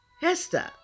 Hester